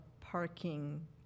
parking